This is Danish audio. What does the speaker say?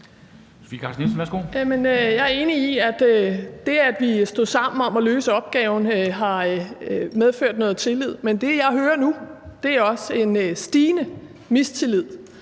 Jeg er enig i, at det, at vi stod sammen om at løse opgaven, har skabt noget tillid. Men det, jeg hører nu, er også, at der er en stigende mistillid,